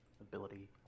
ability